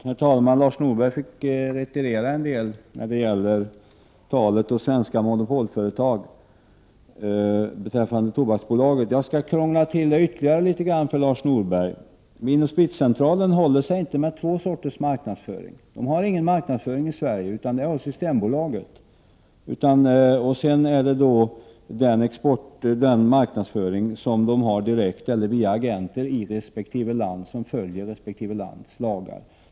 Herr talman! Lars Norberg fick retirera en del när det gällde det han sade beträffande Tobaksbolaget och svenska monopolföretag. Jag skall krångla till det litet grand ytterligare för Lars Norberg. AB Vin & Spritcentralen håller sig inte med två sorters marknadsföring. Företaget har ingen marknadsföring i Sverige, utan det är systembolaget som har denna marknadsföring. Utöver detta finns den marknadsföring som AB Vin & Spritcentralen har direkt eller via agenter i resp. land och som följer detta lands lagar.